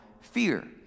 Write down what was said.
fear